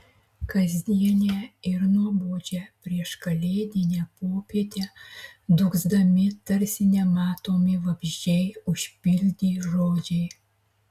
kasdienę ir nuobodžią prieškalėdinę popietę dūgzdami tarsi nematomi vabzdžiai užpildė žodžiai